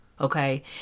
Okay